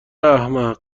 احمق